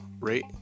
rate